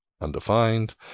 undefined